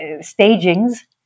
stagings